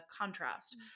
contrast